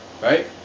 right